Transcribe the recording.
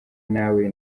nawe